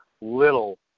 little